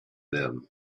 them